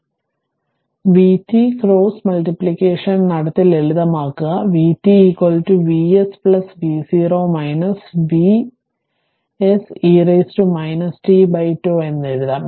അതിനാൽ vt cross multiplication നടത്തി ലളിതമാക്കുക vt Vs v0 Vse t എന്നെഴുതാം